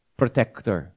protector